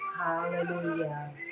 Hallelujah